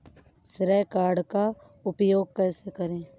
श्रेय कार्ड का उपयोग कैसे करें?